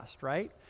right